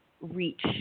reach